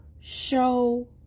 show